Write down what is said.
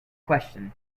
question